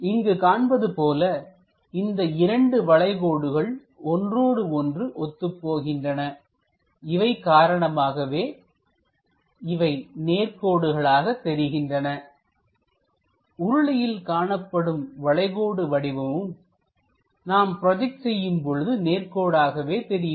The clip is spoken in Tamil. இங்கு காண்பது போல இந்த இரண்டு வளைகோடுகள் ஒன்றோடு ஒன்று ஒத்துப்போகின்றன இவை காரணமாகவே இவை நேர்கோடுகளாக தெரிகின்றன உருளையில் காணப்படும் வளைகோடு வடிவமும் நாம் ப்ரொஜெக்ட் செய்யும் பொழுது நேர்கோடு ஆகவே தெரியும்